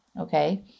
Okay